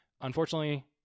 Unfortunately